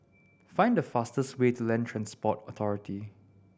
find the fastest way to Land Transport Authority